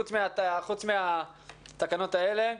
חוץ מהתקנות האלה,